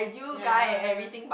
ya ya